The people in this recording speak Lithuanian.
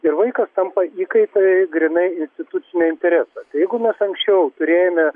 ir vaikas tampa įkaitai grynai instituciniai interesai jeigu mes anksčiau turėjome